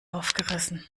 aufgerissen